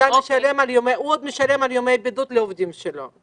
עוד משלם על ימי הבידוד לעובדים שלו.